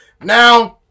Now